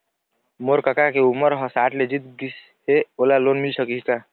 मोर कका के उमर ह साठ ले जीत गिस हे, ओला लोन मिल सकही का?